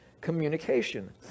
communication